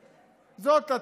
זה מכוון לשני אנשים.